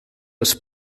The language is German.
des